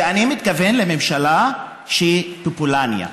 ואני מתכוון לממשלה שהיא בפולניה,